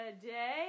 today